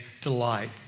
delight